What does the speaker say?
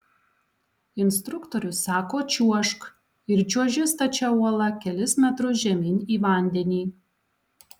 instruktorius sako čiuožk ir čiuoži stačia uola kelis metrus žemyn į vandenį